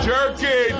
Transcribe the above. Jerky